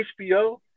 HBO